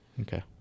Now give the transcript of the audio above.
Okay